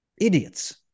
Idiots